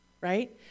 right